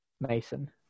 Mason